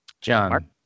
John